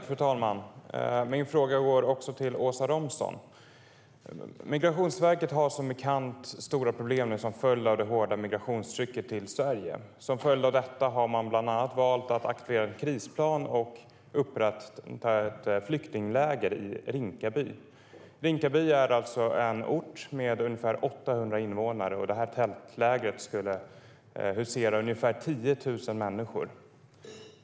Fru talman! Min fråga går också till Åsa Romson. Migrationsverket har nu som bekant stora problem som följd av det hårda migrationstrycket. Som följd av detta har man bland annat valt att aktivera en krisplan och upprätta ett flyktingläger i Rinkaby. Rinkaby är en ort med ungefär 800 invånare, och tältlägret skulle inhysa ungefär 10 000 människor.